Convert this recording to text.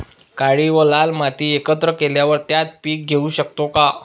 काळी व लाल माती एकत्र केल्यावर त्यात पीक घेऊ शकतो का?